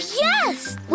yes